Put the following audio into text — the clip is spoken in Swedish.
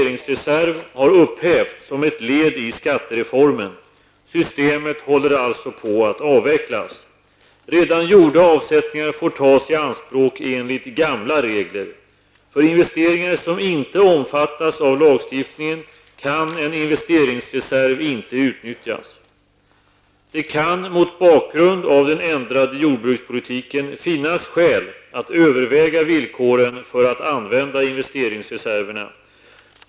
Redan gjorda avsättningar får tas i anspråk enligt gamla regler. För investeringar som inte omfattas av lagstiftningen kan en investeringsreserv inte utnyttjas. Det kan mot bakgrund av den ändrade jordbrukspolitiken finnas skäl att överväga villkoren för att använda investerinsreserverna.